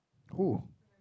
who